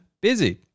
busy